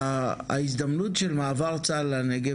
ההזדמנות של מעבר צה"ל לנגב,